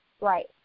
Right